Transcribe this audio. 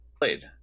played